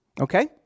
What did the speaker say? Okay